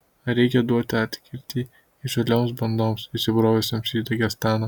ar reikia duoti atkirtį įžūlioms bandoms įsibrovusioms į dagestaną